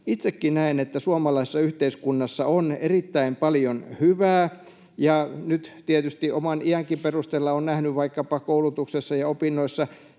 itsekin näen, että suomalaisessa yhteiskunnassa on erittäin paljon hyvää. Nyt tietysti oman iänkin perusteella olen nähnyt vaikkapa koulutuksessa ja opinnoissa